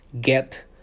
get